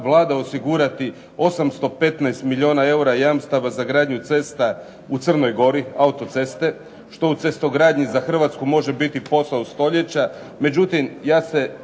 Vlada osigurati 815 milijuna eura jamstava za gradnju cesta u Crnoj Gori, autoceste što u cestogradnji za Hrvatsku može biti posao stoljeća.